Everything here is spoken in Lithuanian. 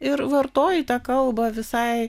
ir vartoji tą kalbą visai